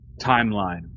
timeline